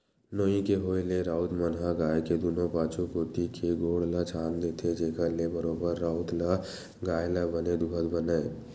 नोई के होय ले राउत मन ह गाय के दूनों पाछू कोती के गोड़ ल छांद देथे, जेखर ले बरोबर राउत ल गाय ल बने दूहत बनय